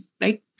right